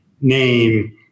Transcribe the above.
name